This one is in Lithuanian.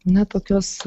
na tokios